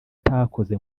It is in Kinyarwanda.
utakoze